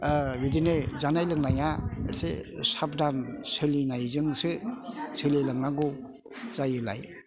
बिदिनो जानाय लोंनाया एसे साबदान सोलिनायजोंसो सोलिलांनांगौ जायोलाय